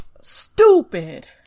stupid